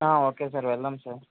okay sir వెళ్దాం sir